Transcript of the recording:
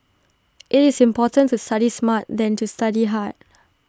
IT is more important to study smart than to study hard